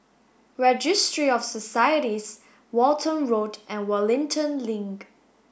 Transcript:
Registry of Societies Walton Road and Wellington Link